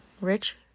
rich